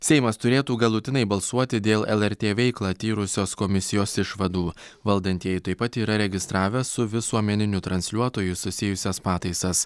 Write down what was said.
seimas turėtų galutinai balsuoti dėl lrt veiklą tyrusios komisijos išvadų valdantieji taip pat yra registravę su visuomeniniu transliuotoju susijusias pataisas